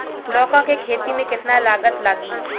लौका के खेती में केतना लागत लागी?